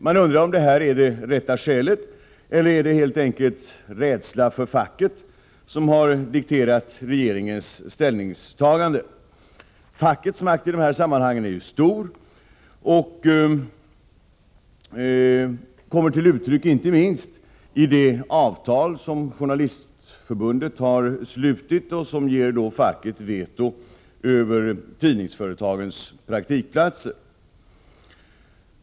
Man undrar om detta är det verkliga skälet eller om det helt enkelt är rädsla för facket som har dikterat regeringens ställningstagande. Fackets makt i sådana här frågor är ju stor och kommer till uttryck inte minst i det avtal som Journalistförbundet har slutit och som ger facket veto när det gäller tidningsföretagens praktikplatser.